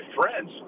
friends